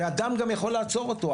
ואדם גם יכול לעצור אותו,